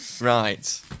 Right